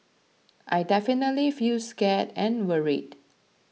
I definitely feel scared and worried